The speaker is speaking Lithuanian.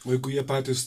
o jeigu jie patys